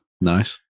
nice